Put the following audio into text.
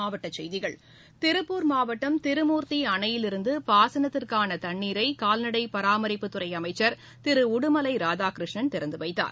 மாவட்ட செய்திகள் திருப்பூர் மாவட்டம் திருமூர்த்தி அணையிலிருந்து பாசனத்திற்கான தண்ணீரை கால்நடை பராமரிப்புத் துறை அமைச்சர் திரு உடுமலை ராதாகிருஷ்ணன் திறந்து வைத்தார்